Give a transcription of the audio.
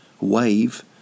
wave